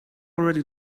already